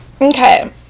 Okay